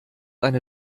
eine